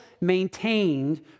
maintained